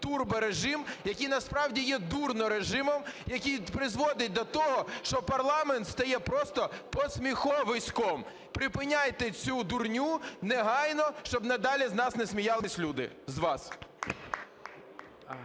турборежим, який насправді є дурнорежимом, який призводить до того, що парламент стає просто посміховиськом. Припиняйте всю дурню негайно, щоб надалі з нас не сміялися люди. З вас.